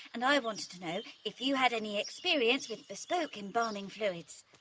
and i wanted to know if you had any experience with bespoke embalming fluids.